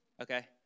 Okay